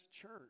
church